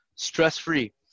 stress-free